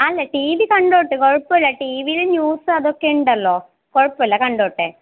അല്ല ടിവി കണ്ടോട്ട് കുഴപ്പമില്ല ടിവിയിൽ ന്യൂസ് അതൊക്കെ ഉണ്ടല്ലോ കുഴപ്പമില്ല കണ്ടോട്ടെ